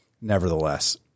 nevertheless